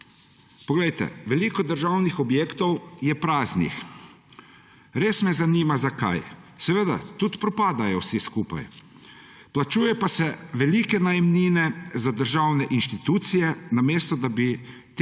Poglejte, veliko državnih objektov je praznih. Res me zanima, zakaj. Seveda, tudi propadajo vsi skupaj, plačujejo pa se velike najemnine za državne institucije, namesto da bi te